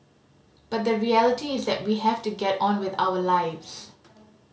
but the reality is that we have to get on with our lives